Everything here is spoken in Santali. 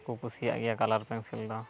ᱠᱚ ᱠᱩᱥᱤᱭᱟᱜ ᱜᱮᱭᱟ ᱠᱟᱞᱟᱨ ᱯᱮᱱᱥᱤᱱ ᱫᱚ